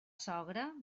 sogra